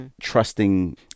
trusting